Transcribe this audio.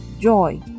joy